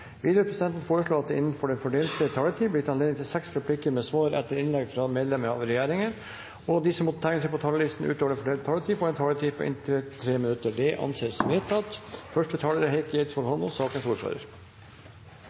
Videre vil presidenten foreslå at det blir gitt anledning til seks replikker med svar etter innlegg fra medlemmer av regjeringen innenfor den fordelte taletid, og at de som måtte tegne seg på talerlisten utover den fordelte taletid, får en taletid på inntil 3 minutter. – Det anses vedtatt.